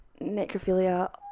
necrophilia